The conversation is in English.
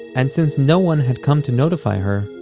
and since no one had come to notify her,